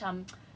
that's the thing